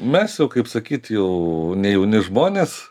mes jau kaip sakyt jau ne jauni žmonės